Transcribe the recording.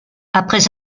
après